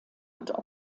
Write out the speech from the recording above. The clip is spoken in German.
und